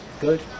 good